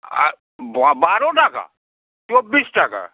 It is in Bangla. আর ব বারো টাকা চব্বিশ টাকা